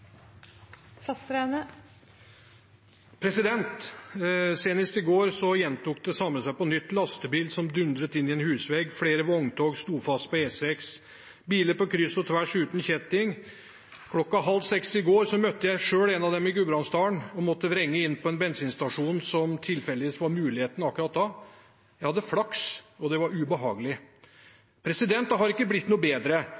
Senest i går gjentok det samme seg på nytt: En lastebil dundret inn i en husvegg, flere vogntog sto fast på E6, biler uten kjetting på kryss og tvers. Kl. 17.30 i går møtte jeg selv en av dem i Gudbrandsdalen og måtte vrenge inn på en bensinstasjon – som tilfeldigvis var muligheten akkurat da. Jeg hadde flaks, men det var ubehagelig. Det har ikke blitt noe bedre,